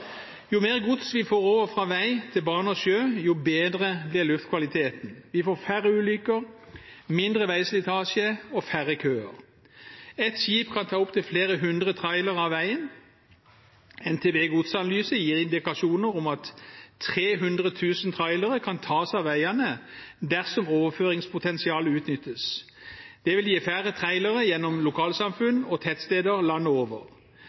Jo mer gods vi får over fra vei til bane og sjø, jo bedre blir luftkvaliteten, vi får færre ulykker, mindre veislitasje og færre køer. Ett skip kan ta opptil flere hundre trailere av veien. NTP Godsanalyse gir indikasjoner om at 300 000 trailere kan tas av veiene dersom overføringspotensialet utnyttes. Det vil gi færre trailere gjennom lokalsamfunn og tettsteder landet over.